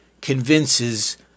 convinces